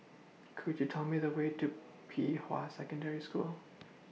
Could YOU Tell Me The Way to Pei Hwa Secondary School